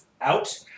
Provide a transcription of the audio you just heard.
out